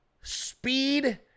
Speed